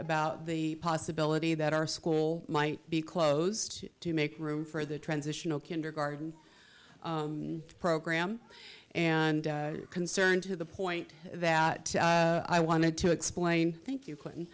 about the possibility that our school might be closed to make room for the transitional kindergarten program and concern to the point that i wanted to explain thank you clinton